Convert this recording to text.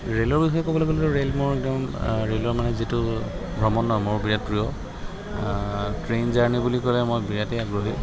ৰে'লৰ বিষয়ে ক'বলৈ গ'লে ৰে'ল মোৰ একদম ৰে'লৰ মানে যিটো ভ্ৰমণ মোৰ বিৰাট প্ৰিয় ট্ৰেইন জাৰ্ণি বুলি ক'লে মই বিৰাটেই আগ্ৰহী